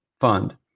fund